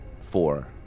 four